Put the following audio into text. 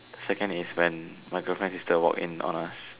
second is when my girlfriend sister walk in on us